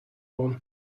one